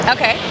Okay